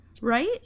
Right